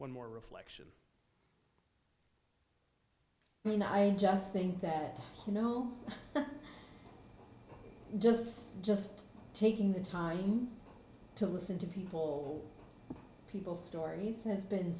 one more reflection i mean i just think that you know just just taking the time to listen to people people stories has been